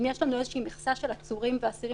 אם יש לנו איזה מכסה של עצורים ואסירים